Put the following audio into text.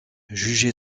jugée